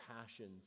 passions